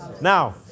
Now